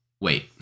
Wait